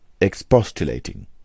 Expostulating